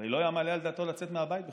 הרי לא היה מעלה על דעתו לצאת מהבית בכלל,